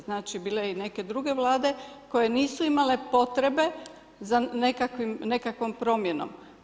Znači bile su i neke druge Vlade koje nisu imale potrebe za nekakvom promjenom.